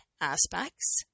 aspects